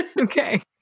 Okay